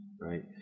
right